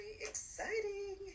exciting